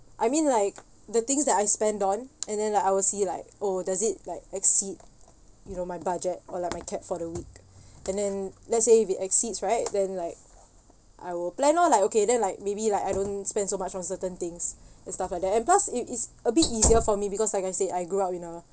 I mean like the things that I spend on and then like I will see like oh does it like exceed you know my budget or like my cap for the week and then let's say if it exceeds right then like I will plan orh like okay then like maybe like I don't spend so much on certain things and stuff like that and plus it is a bit easier for me because like I say I grew up in a